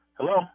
Hello